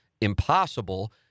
impossible